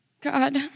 God